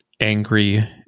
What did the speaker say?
angry